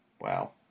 Wow